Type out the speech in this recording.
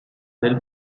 del